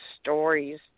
stories